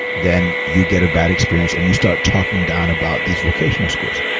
then you get a bad experience and you start talking down about these vocational schools.